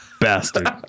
bastard